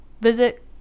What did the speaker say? visit